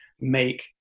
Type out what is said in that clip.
make